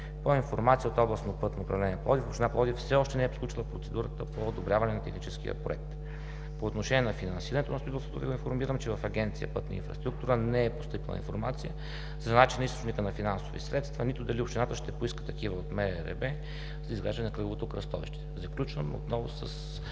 моя информация от Областно пътно управление – Пловдив, община Пловдив все още не е приключила процедурата по одобряване на техническия проект. По отношение на финансирането, искам да Ви информирам, че в Агенция „Пътна инфраструктура“ не е постъпила информация за начина и източника на финансови средства, нито дали общината ще поиска такива от МРРБ за изграждане на кръговото кръстовище. Заключвам отново с